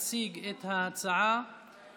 שמספרה 807. יציג את ההצעה חבר